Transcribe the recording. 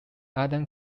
adam